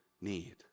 need